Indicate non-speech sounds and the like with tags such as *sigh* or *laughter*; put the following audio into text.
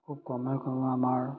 *unintelligible* আমাৰ